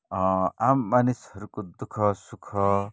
आम मानिसहरूको दुखः सुख